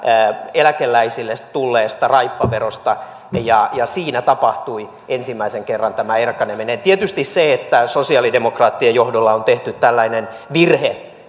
eläkeläisille tulleesta raippaverosta siinä tapahtui ensimmäisen kerran tämä erkaneminen ja eihän tietysti se että sosialidemokraattien johdolla on tehty tällainen virhe